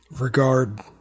regard